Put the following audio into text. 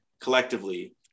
collectively